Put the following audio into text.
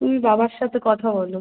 তুমি বাবার সাথে কথা বলো